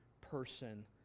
person